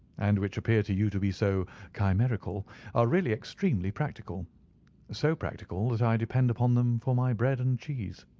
and which appear to you to be so chimerical are really extremely practical so practical that i depend upon them for my bread and cheese.